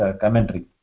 commentary